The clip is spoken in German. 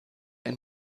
ein